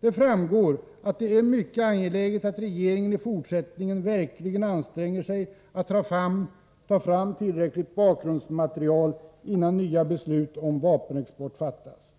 Det framgår att det är mycket angeläget att regeringen i fortsättningen verkligen anstränger sig att ta fram tillräckligt bakgrundsmaterial innan nya beslut om vapenexport fattas.